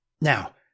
Now